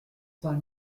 cinq